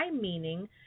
meaning